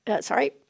sorry –